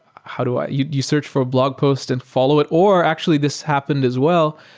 how do i you you search for blog posts and follow it, or actually this happened as well.